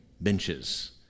benches